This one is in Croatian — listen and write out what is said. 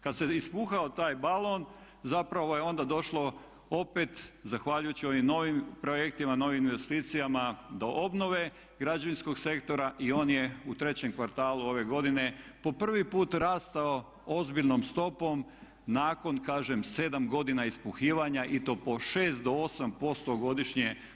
Kad se ispuhao taj balon zapravo je onda došlo opet zahvaljujući ovim novim projektima, novim investicijama do obnove građevinskog sektora i on je u trećem kvartalu ove godine po prvi put rastao ozbiljnom stopom nakon kažem 7 godina ispuhivanja i to po 6 do 8% godišnje.